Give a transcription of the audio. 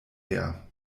her